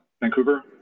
Vancouver